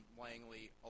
Langley